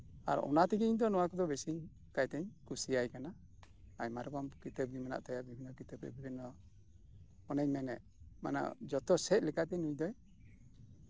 ᱟᱨ ᱚᱱᱟᱛᱮᱜᱮ ᱤᱧᱫᱚ ᱵᱮᱥᱤ ᱠᱟᱭᱛᱮ ᱠᱩᱥᱤ ᱟᱭ ᱠᱟᱱᱟ ᱟᱭᱢᱟ ᱨᱚᱠᱚᱢ ᱠᱤᱛᱟᱹᱵ ᱢᱮᱱᱟᱜ ᱛᱟᱭᱟ ᱵᱤᱵᱷᱤᱱᱱᱚ ᱚᱱᱮᱧ ᱢᱮᱱᱮᱫ ᱡᱚᱛᱥᱮᱫ ᱞᱮᱠᱟᱛᱮ ᱩᱱᱤ ᱫᱚ